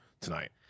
tonight